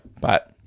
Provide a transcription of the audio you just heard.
But-